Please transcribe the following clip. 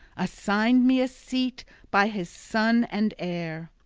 assigned me a seat by his son and heir.